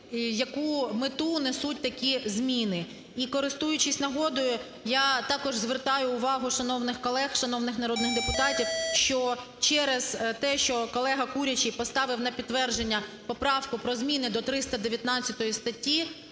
яку мету несуть такі зміни. І, користуючись нагодою, я також звертаю увагу шановних колег, шановних народних депутатів, що через те, що колега Курячий поставив на підтвердження поправку про зміни до 319 статті